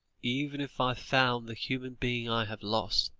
even if i found the human being i have lost,